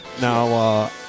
Now